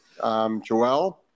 joelle